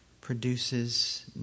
produces